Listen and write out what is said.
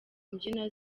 mbyino